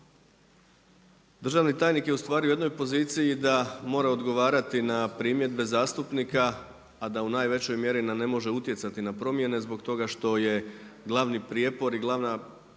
Državni tajnik je u jednoj poziciji da mora odgovarati na primjedbe zastupnika a da u najvećoj mjeri ne može utjecati na promjene zbog toga što je glavni prijepor i glavna primjedba